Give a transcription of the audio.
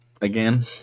again